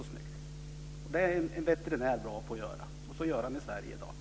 Detta är en veterinär bra på att göra. Så gör man i Sverige i dag.